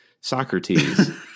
Socrates